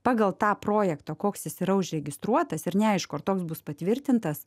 pagal tą projektą koks jis yra užregistruotas ir neaišku ar toks bus patvirtintas